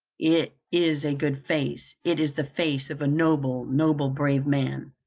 it is a good face it is the face of a noble, noble, brave man.